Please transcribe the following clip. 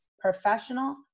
professional